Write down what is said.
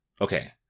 Okay